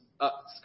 up